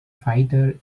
fighter